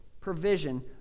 Provision